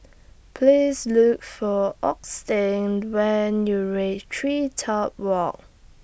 Please Look For Augustin when YOU REACH TreeTop Walk